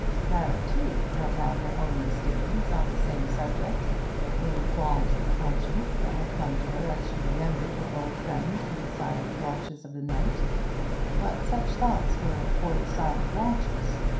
clara, too, had had her own misgivings on the same subject little qualms of conscience that had come to her as she remembered her old friend in the silent watches of the night but such thoughts were for the silent watches,